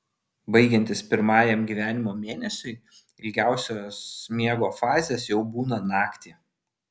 baigiantis pirmajam gyvenimo mėnesiui ilgiausios miego fazės jau būna naktį